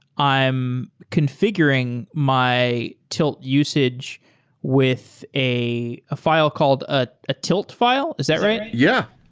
i am configuring my tilt usage with a ah file called a tilt file? is that right? yeah.